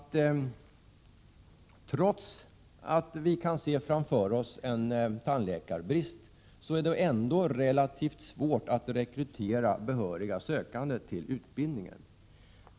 Trots att man kan se framför sig en tandläkarbrist vet vi att det ändå är relativt svårt att rekrytera behöriga sökande till utbildningen.